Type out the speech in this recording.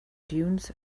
dunes